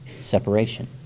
Separation